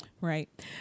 Right